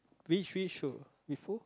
we three should we fool